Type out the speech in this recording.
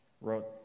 wrote